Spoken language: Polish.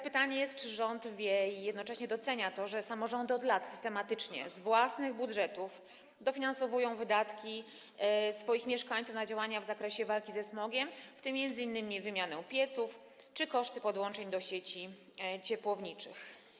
Pytanie: Czy rząd wie i jednocześnie docenia to, że samorządy od lat systematycznie z własnych budżetów dofinansowują wydatki swoich mieszkańców na działania w zakresie walki ze smogiem, w tym m.in. wydatki na wymianę pieców czy koszty podłączeń do sieci ciepłowniczych?